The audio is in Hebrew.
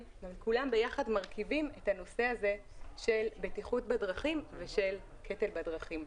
אבל כולם ביחד מרכיבים את הנושא של בטיחות בדרכים וקטל בדרכים.